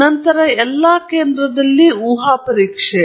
ತದನಂತರ ಈ ಎಲ್ಲಾ ಕೇಂದ್ರಕ್ಕೆ ಊಹಾ ಪರೀಕ್ಷೆ